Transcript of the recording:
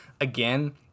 again